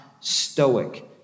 stoic